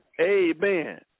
Amen